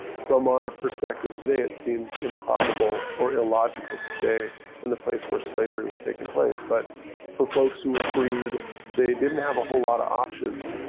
from our perspective today it seems improbable or illogical to stay in the place where slavery was taking place, but for folks who were freed they didn't have a whole lot of options.